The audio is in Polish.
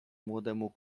młodemu